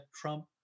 Trump